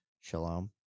Shalom